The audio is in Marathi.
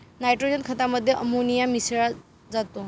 नायट्रोजन खतामध्ये अमोनिया मिसळा जातो